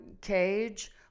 cage